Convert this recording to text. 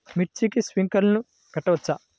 మిర్చికి స్ప్రింక్లర్లు పెట్టవచ్చా?